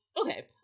okay